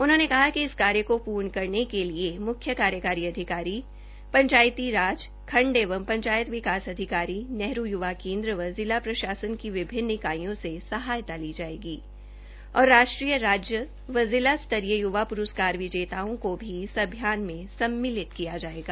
उन्होंने कहा कि इस कार्य को पूर्ण करने के लिए मुख्य कार्यकारी अधिकारी पंचायती राज खंड एवं पंचायत विकास अधिकारी नेहरू य्वा केन्द्र व जिला प्रशासन की विभिन्न इकाईयों से सहायता ली जाएगी और राष्ट्रीय राज्य जिला स्तरीय य्वा प्रस्कार विजेताओं को भी इस अभियान मे सम्मिलित किया जाएगा